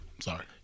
sorry